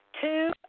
two